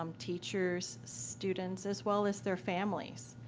um teachers, students as well as their families.